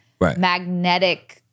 magnetic